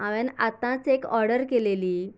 हांवें आतांच एक ऑर्डर केलेली